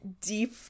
deep